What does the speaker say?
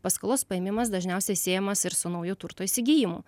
paskolos paėmimas dažniausiai siejamas ir su nauju turto įsigijimu